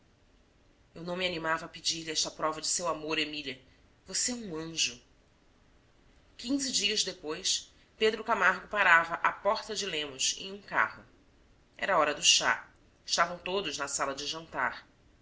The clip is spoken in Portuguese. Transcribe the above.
eu não me animava a pedir-lhe esta prova de seu amor emília você é um anjo quinze dias depois pedro camargo parava à porta de lemos em um carro era a hora do chá estavam todos na sala de jantar